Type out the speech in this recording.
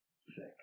Sick